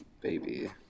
baby